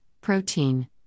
protein